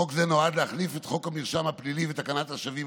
חוק זה נועד להחליף את חוק המרשם הפלילי ותקנת השבים,